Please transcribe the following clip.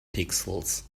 pixels